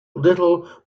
little